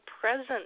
present